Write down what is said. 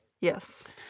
Yes